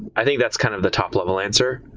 i think that's kind of the top level answer.